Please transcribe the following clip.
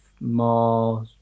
more